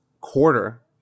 quarter